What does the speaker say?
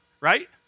Right